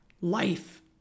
life